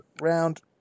round